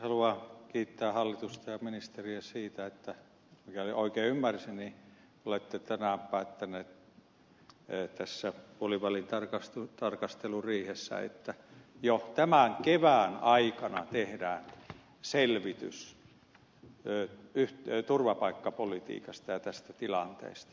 haluan kiittää hallitusta ja ministeriä siitä mikäli oikein ymmärsin että olette tänään päättäneet tässä puolivälin tarkasteluriihessä että jo tämän kevään aikana tehdään selvitys turvapaikkapolitiikasta ja tästä tilanteesta